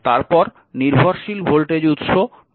তারপর নির্ভরশীল ভোল্টেজ উৎস 2 v0